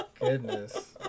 Goodness